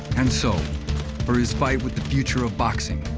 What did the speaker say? and so for his fight with the future of boxing,